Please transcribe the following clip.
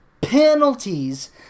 penalties